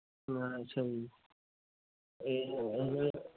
ਅੱਛਾ ਜੀ